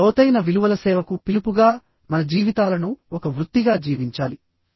ఆ లోతైన విలువల సేవకు పిలుపుగా మన జీవితాలను ఒక వృత్తిగా జీవించాలి